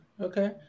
Okay